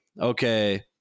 okay